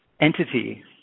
entity